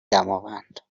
دماوند